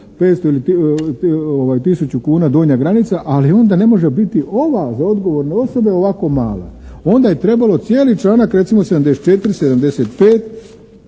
500 ili tisuću kuna donja granica, ali onda ne može biti ova za odgovorne osobe ovako mala. Onda je trebalo cijeli članak, recimo, 74., 75.